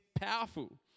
powerful